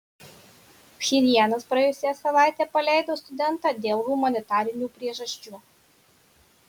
pchenjanas praėjusią savaitę paleido studentą dėl humanitarinių priežasčių